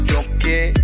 okay